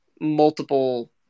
multiple